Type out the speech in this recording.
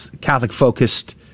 Catholic-focused